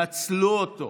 נצלו אותו.